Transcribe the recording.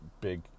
big